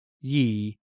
ye